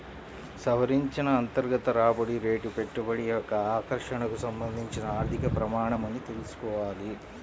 సవరించిన అంతర్గత రాబడి రేటు పెట్టుబడి యొక్క ఆకర్షణకు సంబంధించిన ఆర్థిక ప్రమాణమని తెల్సుకోవాలి